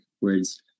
words